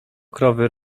krowy